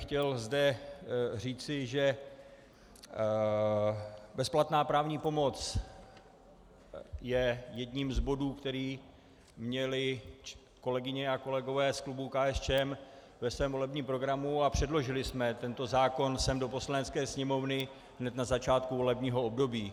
Chtěl bych zde říci, že bezplatná právní pomoc je jedním z bodů, který měli kolegyně a kolegové z klubu KSČM ve svém volebním programu, a předložili jsme tento zákon sem do Poslanecké sněmovny hned na začátku volebního období.